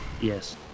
yes